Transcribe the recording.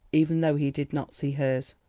even though he did not see hers.